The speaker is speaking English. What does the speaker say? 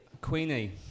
Queenie